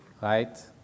right